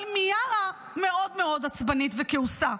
אבל מיארה מאוד מאוד עצבנית וכעוסה,